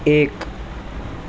ایک